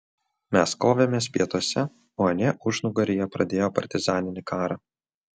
mes kovėmės pietuose o anie užnugaryje pradėjo partizaninį karą